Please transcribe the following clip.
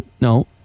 No